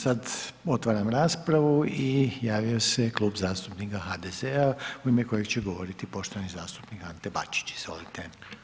Sad otvaram raspravu i javio se Klub zastupnika HDZ-a u ime kojeg će govoriti poštovani zastupnik Ante Bačić, izvolite.